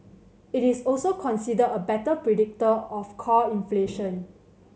it is also considered a better predictor of core inflation